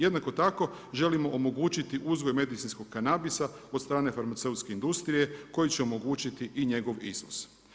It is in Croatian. Jednako tako želimo omogućiti uzgoj medicinskog kanabisa od strane farmaceutske industrije koji će omogućiti i njegov izvoz.